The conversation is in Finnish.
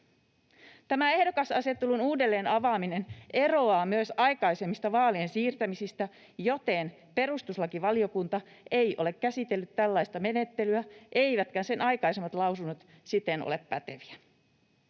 Tämä ehdokasasettelun uudelleen avaaminen eroaa myös aikaisemmista vaalien siirtämisistä, joten perustuslakivaliokunta ei ole käsitellyt tällaista menettelyä eivätkä sen aikaisemmat lausunnot siten ole päteviä.